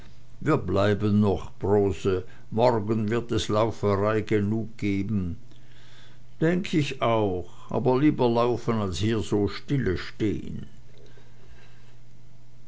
wir bleiben noch brose morgen wird es lauferei genug geben denk ich auch aber lieber laufen als hier so